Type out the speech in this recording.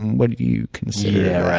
what do you consider yeah, right.